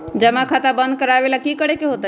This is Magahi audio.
जमा खाता बंद करे ला की करे के होएत?